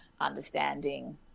understanding